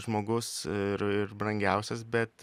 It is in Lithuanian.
žmogus ir ir brangiausias bet